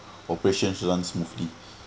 operations run smoothly